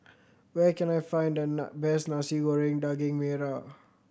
where can I find the best Nasi Goreng Daging Merah